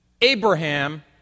Abraham